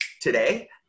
today